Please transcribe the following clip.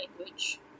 language